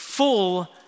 full